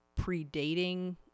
predating